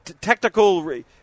technical